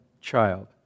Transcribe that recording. child